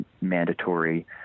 mandatory